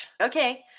Okay